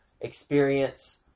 experience